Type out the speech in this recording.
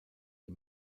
die